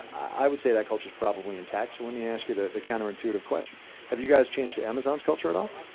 i would say that culture is probably intact, so let me ask you the the counter-intuitive question have you guys changed to amazon's culture at all?